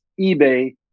eBay